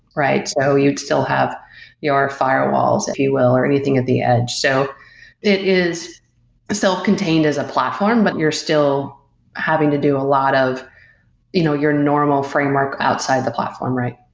right? so you'd still have your firewalls, if you will, or anything at the edge. so it is self-contained as a platform, but you're still having to do a lot of you know your normal framework outside the platform, right?